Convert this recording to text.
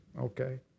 Okay